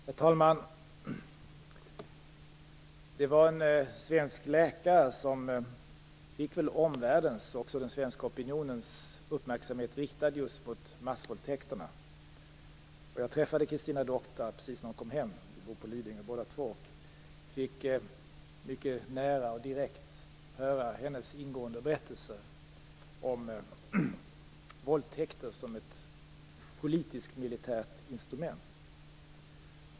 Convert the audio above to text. Herr talman! Det var en svensk läkare som riktade omvärldens och den svenska opinionens uppmärksamhet just mot massvåldtäkterna. Jag träffade Christina Doctare precis när hon kom hem. Vi bor på Lidingö båda två, och jag fick mycket nära och direkt höra hennes ingående berättelse om våldtäkter som ett politiskt och militärt instrument.